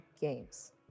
games